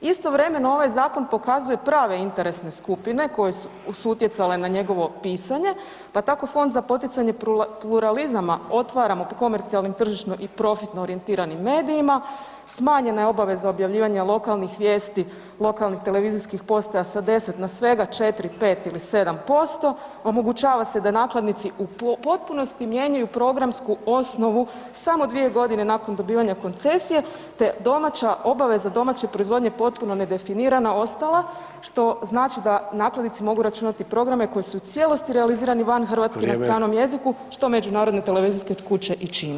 Istovremeno ovaj zakon pokazuje prave interesne skupine koji su utjecale na njegovo pisanje pa tako Fond za poticanje pluralizama otvaramo komercijalnim tržišnim i profitno orijentiranim medijima, smanjena je obaveza objavljivanja lokalnih vijesti lokalnih televizijskih postaja sa 10 na svega 4-5 ili 7% omogućava se da nakladnici u potpunosti mijenjaju programsku osnovu samo 2.g. nakon dobivanja koncesije, te domaća, obaveza domaće proizvodnje je potpuno nedefinirana ostala, što znači da nakladnici mogu računati programe koji su u cijelosti realizirani van Hrvatske [[Upadica: Vrijeme]] na stranom jeziku, što međunarodne televizijske kuće i čine.